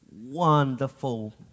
wonderful